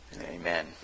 Amen